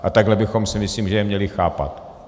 A takhle bychom je, si myslím, měli chápat.